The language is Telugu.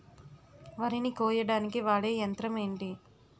వరి ని కోయడానికి వాడే యంత్రం ఏంటి?